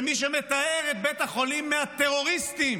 ומי שמטהר את בית החולים מהטרוריסטים,